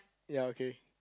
ya okay